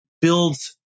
builds